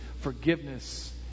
forgiveness